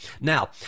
Now